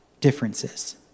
differences